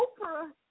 Oprah